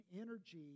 energy